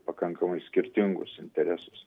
pakankamai skirtingus interesus